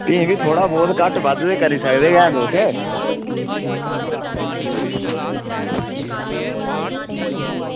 भी बी थोह्ड़ा बहुत घट्ट बद्ध करी सकदे न तुस